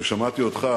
ושמעתי אותך,